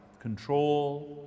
control